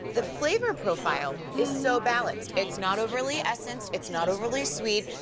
the flavor profile is so balanced. it's not overly essenced. it's not overly sweet.